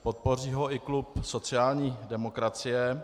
Podpoří ho i klub sociální demokracie.